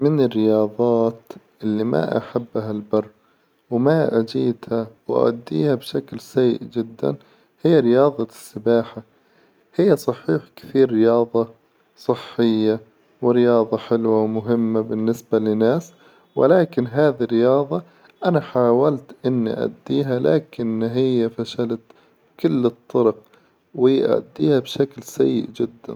من الرياظات إللي ما أحبها البر وما أجيدها وأديها بشكل سيئ جدا هي رياضة السباحة، هي صحيح كثير رياظة صحية، ورياظة حلوة، ومهمة بالنسبة لناس ولكن هذي الرياظة أنا حاولت إن أديها لكن هي فشلت كل الطرق، وبأديها بشكل سيئ جدا.